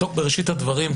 בראשית הדברים,